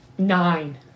Nine